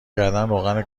کردن، روغن